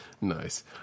Nice